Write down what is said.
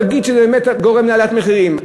להגיד שזה באמת גורם להעלאת מחירים,